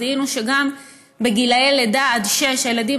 זיהינו שגם מלידה עד גיל שש הילדים